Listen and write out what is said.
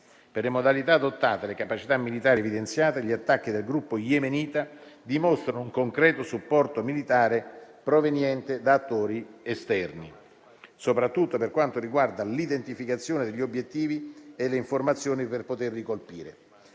Per le modalità adottate e le capacità militari evidenziate, gli attacchi del gruppo yemenita dimostrano un concreto supporto militare proveniente da attori esterni, soprattutto per quanto riguarda l'identificazione degli obiettivi e le informazioni per poterli colpire.